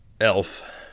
Elf